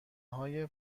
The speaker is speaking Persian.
های